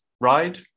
ride